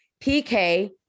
PK